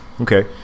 Okay